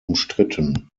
umstritten